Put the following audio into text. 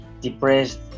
depressed